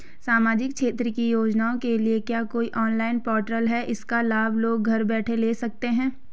सामाजिक क्षेत्र की योजनाओं के लिए क्या कोई ऑनलाइन पोर्टल है इसका लाभ लोग घर बैठे ले सकते हैं?